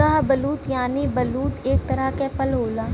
शाहबलूत यानि बलूत एक तरह क फल होला